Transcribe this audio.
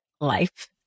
life